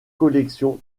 collections